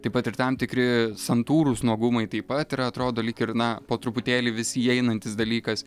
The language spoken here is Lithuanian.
taip pat ir tam tikri santūrūs nuogumai taip pat yra atrodo lyg ir na po truputėlį vis įeinantis dalykas